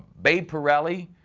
babe parilli,